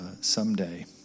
someday